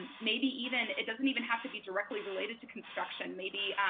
and maybe even it doesn't even have to be directly related to construction maybe